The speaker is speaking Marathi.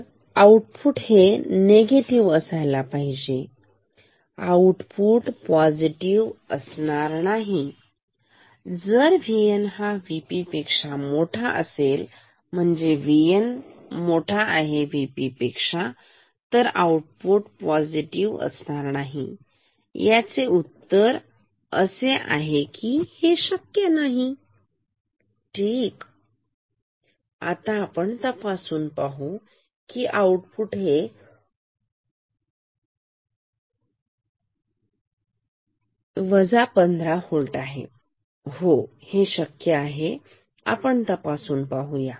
तर आउटपुट हे नेगेटिव्ह असायला पाहिजे आउटपुट पॉझिटिव्ह असणार नाही जर VN हा VP पेक्षा मोठा V N V P असेल तर आउटपुट पॉझिटिव्ह असणार नाही याचे उत्तर आहे की नाही हे शक्य नाही ठीक आता आपण तपासून पाहू आउटपुट हे 15 होल्ट आहे हो हे शक्य आहे आपण तपासून पाहू